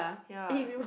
ya